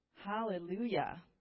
Hallelujah